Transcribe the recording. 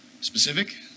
specific